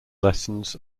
lessons